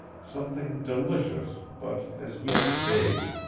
something delicious but as yet vague.